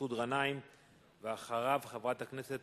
חבר הכנסת